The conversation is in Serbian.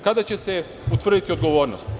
Kada će se utvrditi odgovornost?